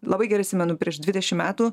labai gerai atsimenu prieš dvidešim metų